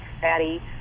fatty